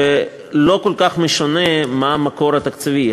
ולא כל כך משנה מה המקור התקציבי.